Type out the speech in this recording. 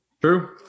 True